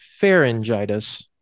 pharyngitis